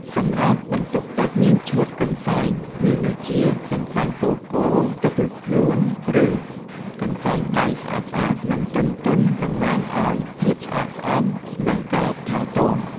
សម្រាប់បន្ទប់់ទឹក មានឈុតកន្សែង មានដូចជា កន្សែងពោះគោទុកជូតខ្លួន ឬកន្សែងដៃ ស្អាតៗ និងទន់ៗតំណាងឲ្យ ភាពស្អាតស្អំ និង ការថែទាំ។